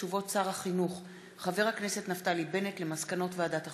תשובות שר החינוך נפתלי בנט על מסקנות ועדת החינוך,